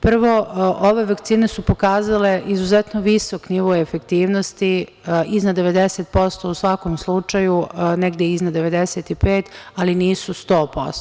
Prvo, ove vakcine su pokazale izuzetno visok nivo efektivnosti, iznad 90% u svakom slučaju, a negde i iznad 95%, ali nisu 100%